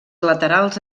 laterals